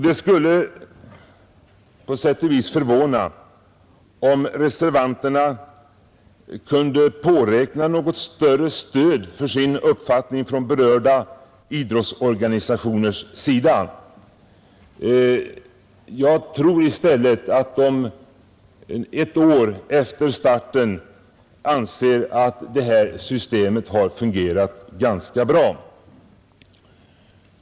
Det skulle på sätt och vis förvåna om reservanterna kunde påräkna något större stöd för sin uppfattning från berörda idrottsorganisationers sida. Jag tror i stället att de ett år efter starten anser att detta system har fungerat ganska bra.